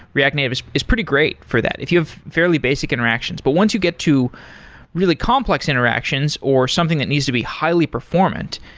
react native is is pretty great for that, if you have fairly basic interactions. but once you get to really complex interactions, or something that needs to be highly performant,